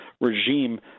regime